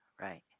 right